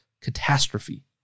Catastrophe